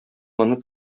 моны